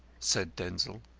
said denzil.